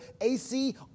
AC